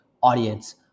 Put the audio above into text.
audience